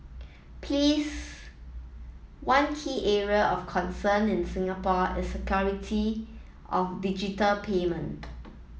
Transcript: please one key area of concern in Singapore is security of digital payment